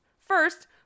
First